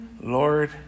Lord